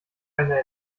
eine